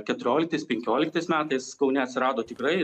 keturioliktais penkioliktais metais kaune atsirado tikrai